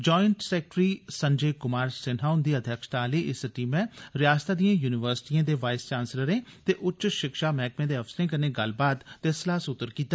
joint secretary Sanjay Kumar Sinha हुन्दी अध्यक्षता आली इस टीमै रयासतै दियें युनिवर्सिटियें दे वाइस चान्सलरें ते उच्च शिक्षा मैहकमे दे अफसरें कन्नै गल्लबात ते सलाह सूत्र कीता